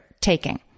taking